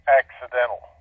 accidental